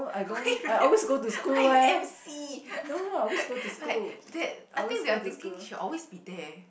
what if you what if you M_C like that I think they are thinking she will always be there